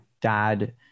dad